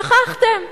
שכחתם.